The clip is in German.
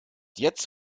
jetzt